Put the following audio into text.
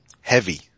heavy